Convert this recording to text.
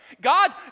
God